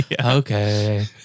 okay